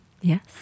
Yes